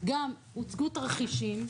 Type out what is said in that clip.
גם הוצגו התרחישים,